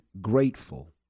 grateful